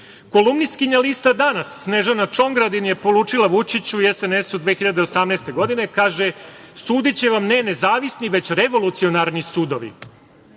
ustaše. Kolumnistkinja lista "Danas", Snežana Čongradin je poručila Vučiću i SNS 2018. godine, kaže: "Sudiće vam ne nezavisni, već revolucionarni sudovi".Ima